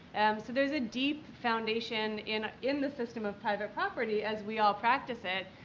so there's a deep foundation in in the system of private property, as we all practice it,